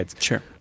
Sure